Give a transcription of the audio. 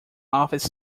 office